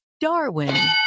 Darwin